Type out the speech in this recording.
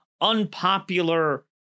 unpopular